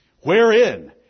wherein